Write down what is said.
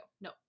No